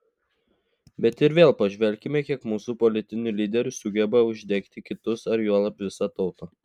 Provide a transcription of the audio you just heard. bet ir vėl pažvelkime kiek mūsų politinių lyderių sugeba uždegti kitus ar juolab visą tautą